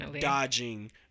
dodging